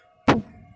பூ